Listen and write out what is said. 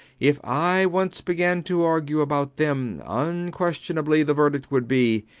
if i once began to argue about them, unquestionably the verdict would be,